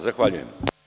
Zahvaljujem.